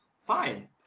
Fine